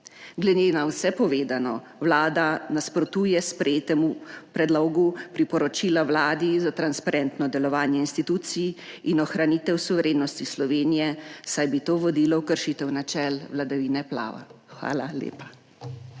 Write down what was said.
Glede na vse povedano Vlada nasprotuje sprejetemu predlogu priporočila Vladi za transparentno delovanje institucij in ohranitev suverenosti Slovenije, saj bi to vodilo v kršitev načel vladavine prava. Hvala lepa.